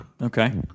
Okay